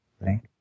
right